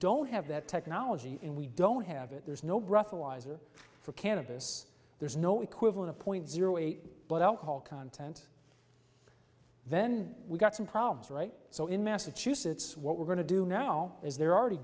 don't have that technology and we don't have it there's no breathalyzer for cannabis there's no equivalent point zero eight but alcohol content then we got some problems right so in massachusetts what we're going to do now is they're already